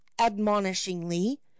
admonishingly